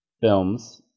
films